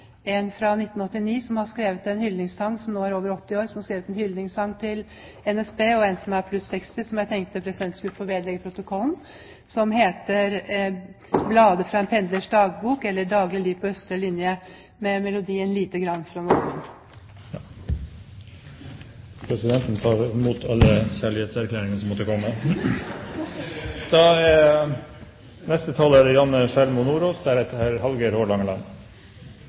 en som er pluss 60, og en som nå er over 80 år, og som har skrevet en hyllingssang til NSB, fra 1989 – som jeg tenkte presidenten skulle få vedlegge protokollen – som heter «Blade fra en pendlers dagbok – eller daglig liv på Østre Linje», med melodi «Lite grann från ovan». Presidenten tar imot alle kjærlighetserklæringer som måtte komme!